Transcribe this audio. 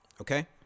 okay